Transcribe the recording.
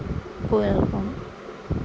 கோவிலுக்கு போவோம்